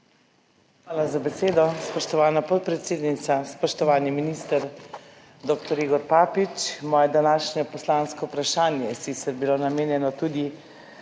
Hvala za besedo, spoštovana podpredsednica. Spoštovani minister dr. Igor Papič! Moje današnje poslansko vprašanje je sicer namenjeno tudi